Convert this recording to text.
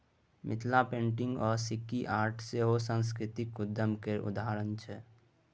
Mithila painting आ Sikki art सेहो सास्कृतिक उद्यम केर उदाहरण छै